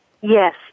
Yes